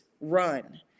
run